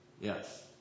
Yes